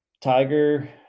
Tiger